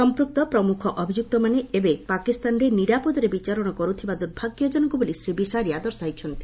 ସଂପୃକ୍ତ ପ୍ରମୁଖ ଅଭିଯୁକ୍ତମାନେ ଏବେ ପାକିସ୍ତାନରେ ନିରାପଦରେ ବିଚରଣ କରୁଥିବା ଦୁର୍ଭାଗ୍ୟଜନକ ବୋଲି ଶ୍ରୀ ବିସାରିଆ ଦର୍ଶାଇଛନ୍ତି